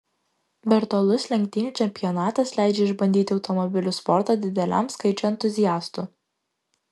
virtualus lenktynių čempionatas leidžia išbandyti automobilių sportą dideliam skaičiui entuziastų